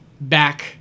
back